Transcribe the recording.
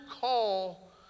call